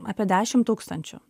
apie dešimt tūkstančių